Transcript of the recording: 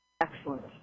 Excellent